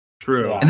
True